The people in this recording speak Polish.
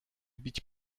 bić